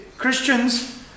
christians